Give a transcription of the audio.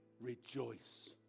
rejoice